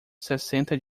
sessenta